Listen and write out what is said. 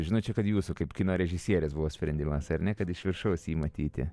žinau čia kad jūsų kaip kino režisierės buvo sprendimas ar ne kad iš viršaus jį matyti